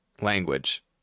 language